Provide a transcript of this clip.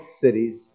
cities